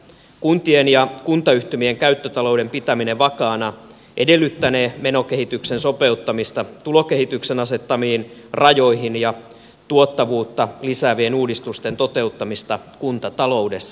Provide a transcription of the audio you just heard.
kuntien ja kuntayhtymien käyttötalouden pitäminen vakaana edellyttänee menokehityksen sopeuttamista tulokehityksen asettamiin rajoihin ja tuottavuutta lisäävien uudistusten toteuttamista kuntataloudessa